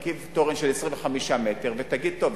תרכיב תורן של 25 מטר ותגיד: טוב,